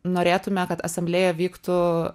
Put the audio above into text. norėtume kad asamblėja vyktų